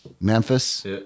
Memphis